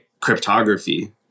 cryptography